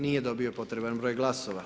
Nije dobio potreban broj glasova.